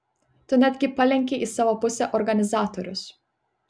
tu netgi palenkei į savo pusę organizatorius